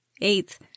Eighth